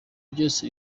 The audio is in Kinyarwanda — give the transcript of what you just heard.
byose